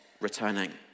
returning